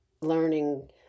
learning